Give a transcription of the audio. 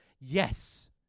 Yes